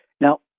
Now